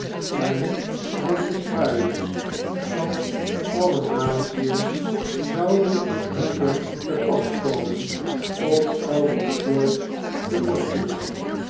en dat de schuiers van alle natien zouden moeten te pas komen om august george te borstelen